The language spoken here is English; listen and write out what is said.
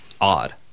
odd